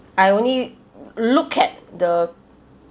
I only look at the